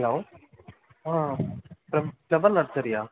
hello ஆ ஃப்ள flower நர்சரியா